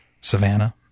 Savannah